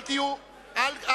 אל תהיו נחפזים.